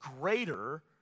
greater